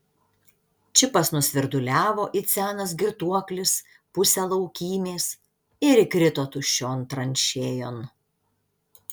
čipas nusvirduliavo it senas girtuoklis pusę laukymės ir įkrito tuščion tranšėjon